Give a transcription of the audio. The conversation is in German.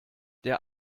der